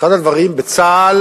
אחד הדברים בצה"ל,